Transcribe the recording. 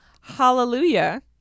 Hallelujah